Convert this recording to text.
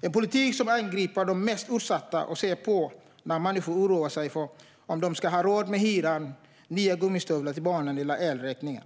Det är en politik som angriper de mest utsatta och ser på när människor oroar sig för om de ska ha råd med hyran, nya gummistövlar till barnen eller elräkningen.